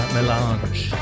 Melange